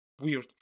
weird